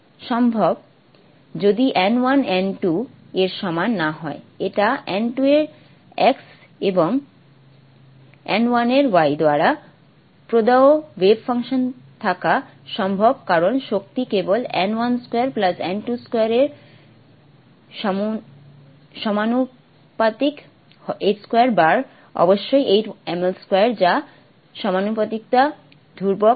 এটা সম্ভব যদি n 1 n 2 এর সমান না হয় এটা n 2 এর X এবং n 1 এর Y দ্বারা প্রদত্ত ওয়েভ ফাংশন থাকা সম্ভব কারণ শক্তি কেবল n12 n22এর সমানুপাতিক h2 বার অবশ্যই 8mL2যা সমানুপাতিকতা ধ্রুবক